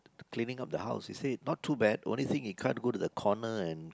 to cleaning up the house they say not too bad only thing is they can't go to a corner and